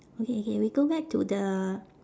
okay okay we go back to the